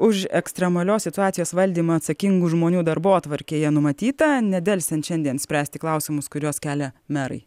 už ekstremalios situacijos valdymą atsakingų žmonių darbotvarkėje numatyta nedelsiant šiandien spręsti klausimus kuriuos kelia merai